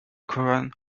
koran